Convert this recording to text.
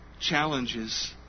challenges